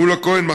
מולה כהן,